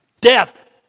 death